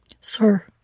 Sir